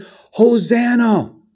Hosanna